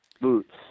boots